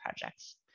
projects